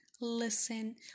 Listen